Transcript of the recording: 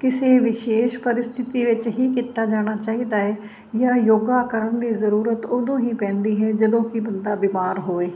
ਕਿਸੇ ਵਿਸ਼ੇਸ਼ ਪਰਿਸਥਿਤੀ ਵਿੱਚ ਹੀ ਕੀਤਾ ਜਾਣਾ ਚਾਹੀਦਾ ਹੈ ਜਾਂ ਯੋਗਾ ਕਰਨ ਦੀ ਜ਼ਰੂਰਤ ਉਦੋਂ ਹੀ ਪੈਂਦੀ ਹੈ ਜਦੋਂ ਕਿ ਬੰਦਾ ਬਿਮਾਰ ਹੋਵੇ